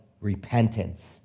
repentance